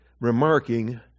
remarking